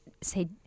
say